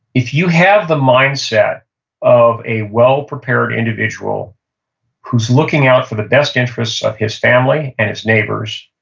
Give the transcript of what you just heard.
if you have the mindset of a well-prepared individual who's looking out for the best interest of his family and his neighbors,